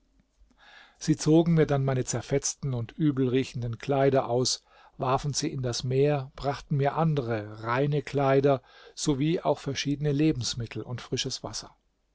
sie zogen mir dann meine zerfetzten und übelriechenden kleider aus warfen sie in das meer brachten mir andere reine kleider sowie auch verschiedene lebensmittel und frisches wasser